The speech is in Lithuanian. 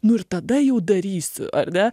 nu ir tada jau darysiu ar ne